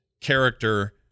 character